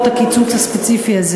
היום, אבל,